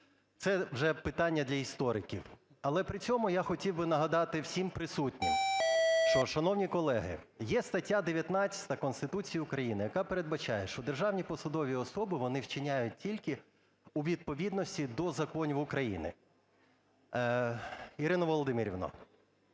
це вже питання для істориків. Але при цьому я хотів би нагадати всім присутнім, що, шановні колеги, є стаття 19 Конституції України, яка передбачає, що державні посадові особи - вони вчиняють тільки у відповідності до законів України. Ірина Володимирівна,